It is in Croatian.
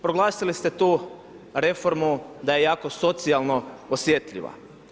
Proglasili ste tu reformu da je jako socijalno osjetljiva.